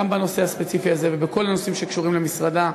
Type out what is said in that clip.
בנושא הספציפי הזה ובכל הנושאים שקשורים למשרדה.